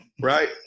Right